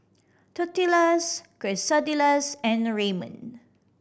Tortillas Quesadillas and Ramen